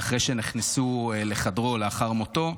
ואחרי שנכנסו לחדרו לאחר מותו,